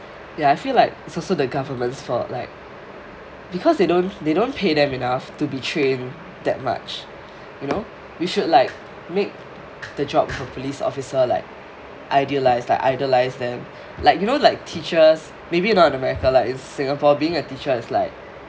ya I feel like it's also the government's fault like because they don't they don't pay them enough to be trained that much you know you should like make the job for police officer like idealised like idolised them like you know like teachers maybe not in america lah like in singapore being a teacher is like